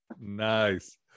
Nice